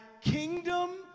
kingdom